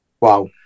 wow